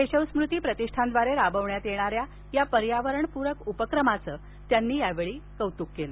केशवस्मृती प्रतिष्ठानद्वारे राबविण्यात येणाऱ्या या पर्यावरणप्रक उपक्रमाचं त्यांनी कौतुक केलं